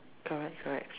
correct correct